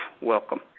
welcome